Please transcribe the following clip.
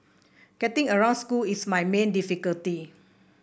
getting around school is my main difficulty